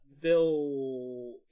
Bill